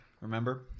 remember